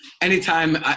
anytime